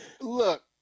look